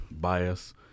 bias